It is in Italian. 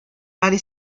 vari